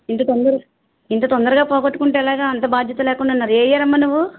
ఇంత తొందర ఇంత తొందరగా పోగొట్టుకుంటే ఎలాగా అంత బాధ్యత లేకుండా ఉన్నారు ఏ ఇయర్ అమ్మా నువ్వు